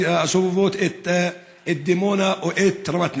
הסובבות את דימונה או את רמת נגב.